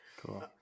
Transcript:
cool